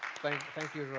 thank thank you,